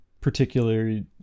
particularly